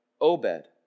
Obed